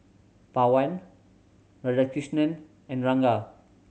Pawan Radhakrishnan and Ranga